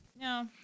No